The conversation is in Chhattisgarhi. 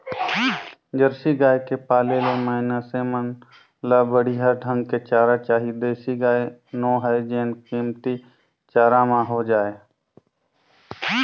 जरसी गाय के पाले ले मइनसे मन ल बड़िहा ढंग के चारा चाही देसी गाय नो हय जेन कमती चारा म हो जाय